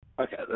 Okay